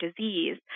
disease